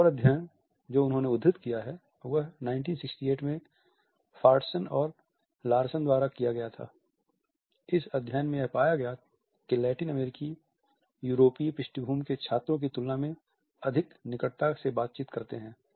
एक और अध्ययन जो उन्होंने उद्धृत किया है वह 1968 में फॉर्टसन और लार्सन द्वारा किया गया था इस अध्ययन में यह पाया गया कि लैटिन अमेरिकी यूरोपीय पृष्ठभूमि के छात्रों की तुलना में अधिक निकटता से बातचीत करते हैं